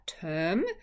term